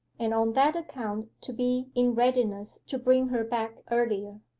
and on that account to be in readiness to bring her back earlier.